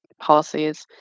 policies